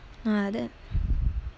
ah that